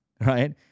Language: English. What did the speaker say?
right